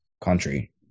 country